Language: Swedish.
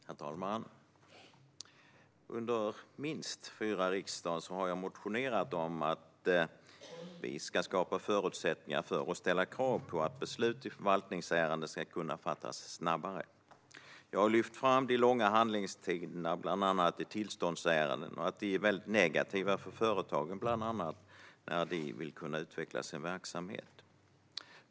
Herr talman! Under minst fyra riksdagsår har jag motionerat om att vi ska skapa förutsättningar för och ställa krav på att beslut i förvaltningsärenden ska fattas snabbare. Jag har lyft fram de långa handläggningstiderna, bland annat i tillståndsärenden, och att de bland annat är negativa för företagen när dessa vill kunna utveckla sin verksamhet.